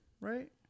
right